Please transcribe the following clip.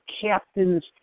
captain's